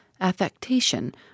affectation